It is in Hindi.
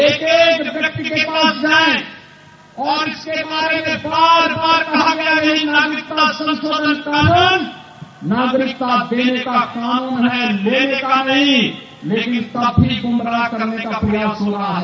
एक एक वयक्ति के पास जाये और इसके बारे में बार बार कहा गया कि यह नागरिकता संशोधन कानून नागरिकता देने का कानून है लेने का नहीं लेकिन तब भी गुमराज करने का प्रयास हो रहा है